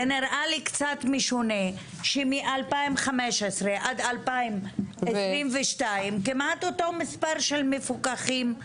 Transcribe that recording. זה נראה לי קצת משונה שמ-2015 עד 2022 יש כמעט אותו מספר מפוקחים.